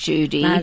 Judy